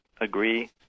agree